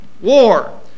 war